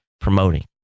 promoting